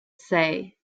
say